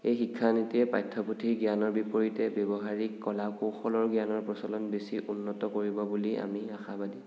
এই শিক্ষানীতিয়ে পাঠ্যপুথিৰ জ্ঞানৰ বিপৰীতে ব্যৱহাৰিক কলা কৌশলৰ জ্ঞানৰ প্ৰচলন বেছি উন্নত কৰিব বুলি আমি আশাবাদী